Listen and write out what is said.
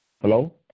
hello